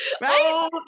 Right